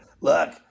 Look